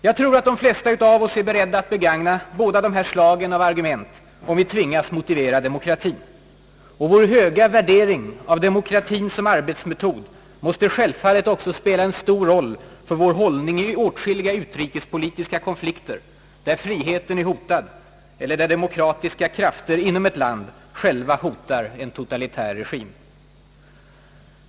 Jag tror att de flesta av oss är beredda att begagna båda de här slagen av argument om vi tvingas motivera demokratien. Vår höga värdering av demokratien som arbetsmetod måste självfallet också spela en stor roll för vår hållning i åtskilliga utrikespolitiska konflikter, där friheten är hotad eller där demokratiska krafter inom ett land själva hotar en totalitär regim.